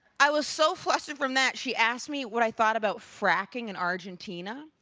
i was so flustered from that, she asked me what i thought about fracking in argentina.